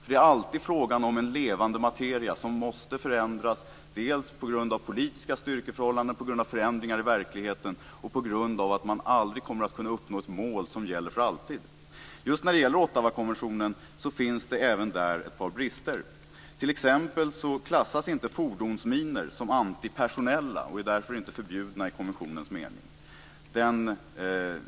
Det är alltid fråga om en levande materia som måste förändras - dels på grund av politiska styrkeförhållanden och förändringar i verkligheten, dels på grund av att man aldrig kommer att kunna uppnå ett mål som gäller för alltid. Just när det gäller Ottawakonventionen finns det ett par brister. T.ex. klassas inte fordonsminor som antipersonella och är därför inte förbjudna i konventionens mening.